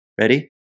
Ready